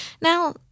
Now